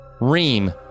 Reem